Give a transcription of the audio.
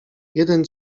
jeden